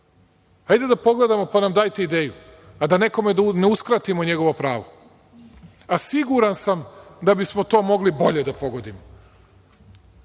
Hajde da pogledamo pa nam dajte ideju, a da nekome ne uskratimo pravo. Siguran sam da bismo to mogli bolje da pogodimo. Rekli